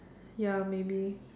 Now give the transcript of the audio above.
ya maybe